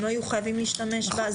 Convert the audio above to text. הם לא יהיו חייבים להשתמש בה.